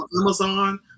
Amazon